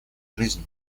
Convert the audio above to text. жизни